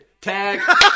Tag